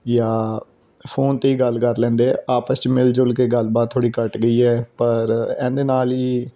ਜਾਂ ਫੋਨ 'ਤੇ ਹੀ ਗੱਲ ਕਰ ਲੈਂਦੇ ਆ ਆਪਸ 'ਚ ਮਿਲ ਜੁਲ ਕੇ ਗੱਲਬਾਤ ਥੋੜ੍ਹੀ ਘੱਟ ਗਈ ਹੈ ਪਰ ਇਹਦੇ ਨਾਲ ਹੀ